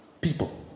people